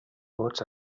vots